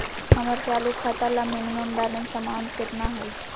हमर चालू खाता ला मिनिमम बैलेंस अमाउंट केतना हइ?